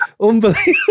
unbelievable